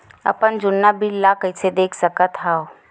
अपन जुन्ना बिल ला कइसे देख सकत हाव?